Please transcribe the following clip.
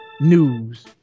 News